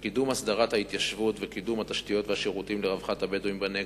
בקידום הסדרת ההתיישבות וקידום התשתיות והשירותים לרווחת הבדואים בנגב,